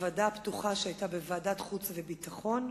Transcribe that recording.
בוועדה הפתוחה שהיתה בוועדת חוץ וביטחון.